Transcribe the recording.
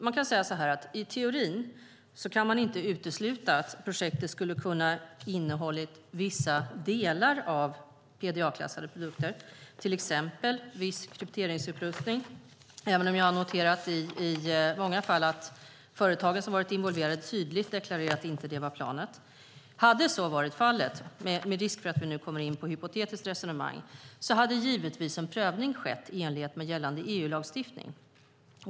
Man kan i teorin inte utesluta att projektet skulle ha kunnat innehålla vissa delar med PDA-klassade produkter, till exempel viss krypteringsutrustning, även om jag i många fall noterat att företagen som varit involverade tydligt deklarerat att det inte var planen. Hade så varit fallet - med risk för att vi nu kommer in på hypotetiska resonemang - hade givetvis en prövning skett i enlighet med gällande EU-lagstiftning.